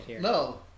No